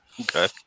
Okay